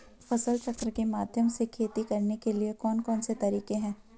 फसल चक्र के माध्यम से खेती करने के लिए कौन कौन से तरीके हैं?